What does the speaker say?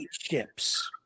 ships